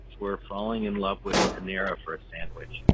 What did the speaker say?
were falling in love with panera for a sandwich,